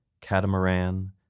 Catamaran